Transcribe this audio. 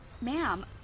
Ma'am